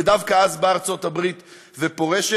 ודווקא אז ארצות הברית פורשת.